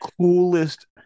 coolest